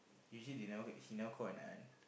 usually they never he never call at night one